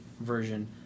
version